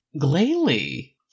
Glalie